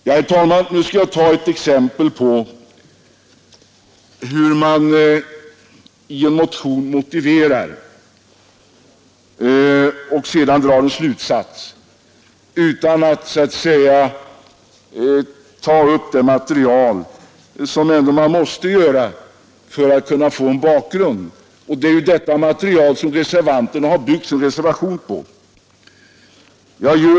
Sedan skall jag ta ett exempel på hur man i en motion motiverar och sedan drar en slutsats utan att ta upp bakgrundsmaterialet. Det är detta material som reservanterna har byggt sin reservation på.